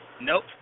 Nope